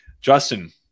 Justin